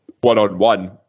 one-on-one